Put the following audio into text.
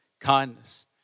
kindness